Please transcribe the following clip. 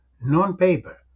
non-paper